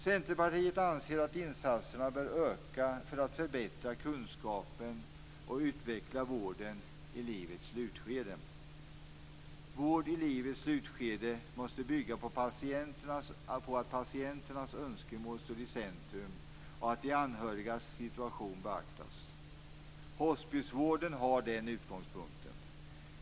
Centerpartiet anser att insatserna bör öka för att förbättra kunskaperna och utveckla vården i livet slutskede. Vård i livets slutskede måste bygga på att patienternas önskemål står i centrum och på att de anhörigas situation beaktas. Hospisvården har den utgångspunkten.